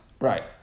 Right